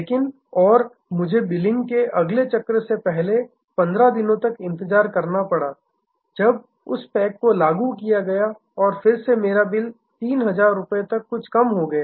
लेकिन और मुझे बिलिंग के अगले चक्र से पहले 15 दिनों तक इंतजार करना पड़ा जब उस पैक को लागू किया गया और फिर मेरा बिल 3000 रुपये तक कुछ कम हो गया